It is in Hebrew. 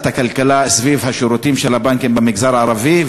הכלכלה סביב השירותים של הבנקים במגזר הערבי,